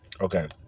Okay